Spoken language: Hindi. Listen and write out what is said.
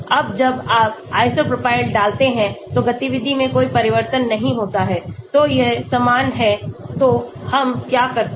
अब जब आप iso propyl डालते हैं तो गतिविधि में कोई परिवर्तन नहीं होता है तो यह समान है तो हम क्या करते हैं